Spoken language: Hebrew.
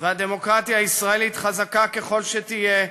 והדמוקרטיה הישראלית, חזקה ככל שתהיה,